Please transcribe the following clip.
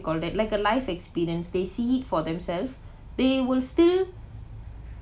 call that like a life experience they see it for themselves they will still